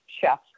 chef